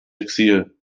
exil